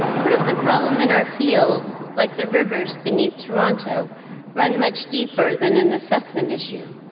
what if the problem in our field like the rivers beneath toronto run much deeper than an assessment issue?